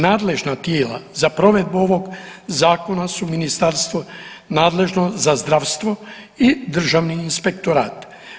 Nadležna tijela za provedbu ovog zakona su Ministarstvo nadležno za zdravstvo i Državni inspektorat.